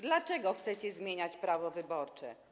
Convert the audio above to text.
Dlaczego chcecie zmieniać prawo wyborcze?